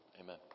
Amen